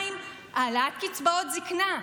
מה עם העלאת קצבאות זקנה?